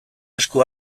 esku